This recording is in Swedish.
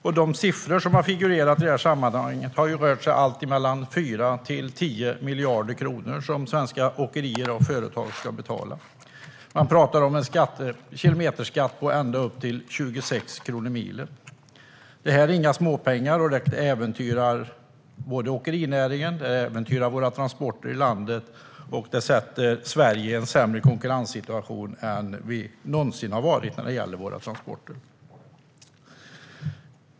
I de siffror som figurerar i sammanhanget rör det sig om allt från 4 miljarder upp till 10 miljarder kronor som svenska åkerier och företag ska betala. Man talar om en kilometerskatt på ända upp till 26 kronor milen. Det är inga småpengar, och det äventyrar både åkerinäringen och våra transporter i landet. Det sätter Sverige i en sämre konkurrenssituation än vi någonsin har varit när det gäller våra transporter.